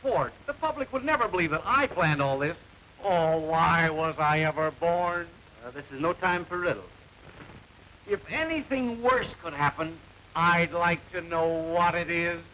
for the public would never believe i planned all this all why was i ever born of this is no time for little if anything worse could happen i'd like to know what it is